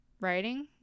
writing